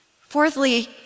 Fourthly